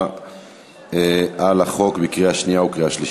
להצבעה על החוק בקריאה שנייה ובקריאה שלישית.